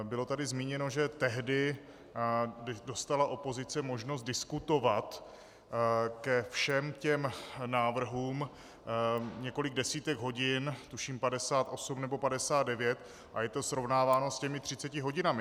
Bylo tady zmíněno, že tehdy dostala opozice možnost diskutovat ke všem těm návrhům několik desítek hodin, tuším 58 nebo 59, a je to srovnáváno s těmi 30 hodinami.